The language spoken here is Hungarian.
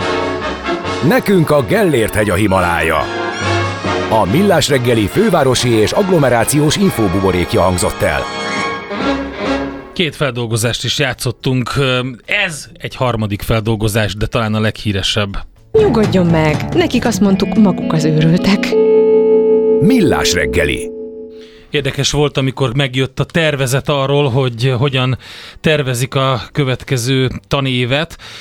Nekünk a Gellért-hegy a Himalája. A Millás reggeli fővárosi és agglomerációs infóbuborékja hangzott el. Két feldolgozást is játszottunk. Ez egy harmadik feldolgozás, de talán a leghíresebb. Nyugodjon meg, nekik azt mondtuk, maguk az őrültek. Millás reggeli. Érdekes volt, amikor megjött a tervezet arról, hogy hogyan tervezik a következő tanévet.